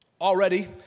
Already